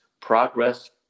progress